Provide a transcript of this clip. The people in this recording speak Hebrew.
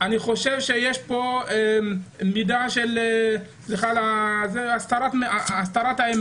אני חושב שיש כאן מידה של הסתרת האמת.